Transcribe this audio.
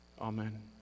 Amen